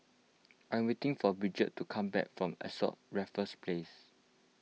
I am waiting for Bridgette to come back from Ascott Raffles Place